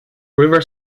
river